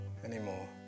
anymore